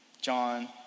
John